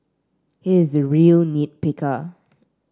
he is a real nit picker